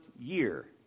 year